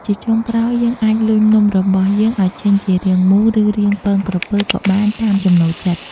ជាចុងក្រោយ យើងអាចលញ់នំរបស់យើងឱ្យចេញជារាងមូល ឬរាងពងក្រពើក៏បាន តាមចំណូលចិត្ត។